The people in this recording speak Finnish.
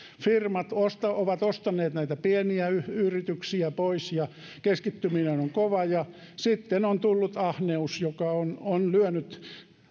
firmat ovat ostaneet pieniä yrityksiä pois ja keskittyminen on kova sitten on tullut ahneus joka on on lyönyt